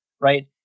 right